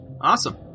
Awesome